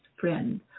friend